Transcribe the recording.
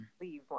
leave